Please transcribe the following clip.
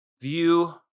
view